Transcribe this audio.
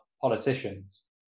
politicians